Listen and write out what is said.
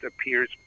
appears